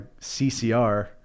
CCR